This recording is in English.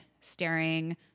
staring